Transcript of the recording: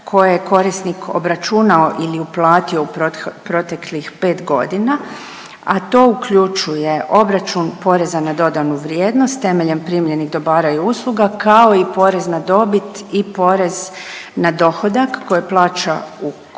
koje je korisnik obračunao ili uplatio u proteklih pet godina, a to uključuje obračun poreza na dodanu vrijednost temeljem primljenih dobara i usluga kao i porez na dobit i porez na dohodak koje uplaćuje korisnik